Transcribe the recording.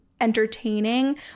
entertaining